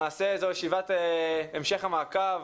למשה זו ישיבת המשך המעקב.